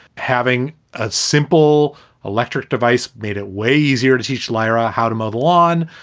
having a simple electric device made it way easier to teach lyra how to mow the lawn,